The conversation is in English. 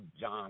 John